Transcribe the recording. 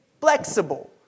flexible